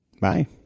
Bye